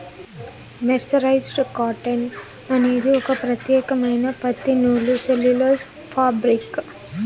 mercerised cotton అనేది ఒక ప్రత్యేకమైన పత్తి నూలు సెల్యులోజ్ ఫాబ్రిక్